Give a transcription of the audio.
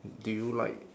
do you like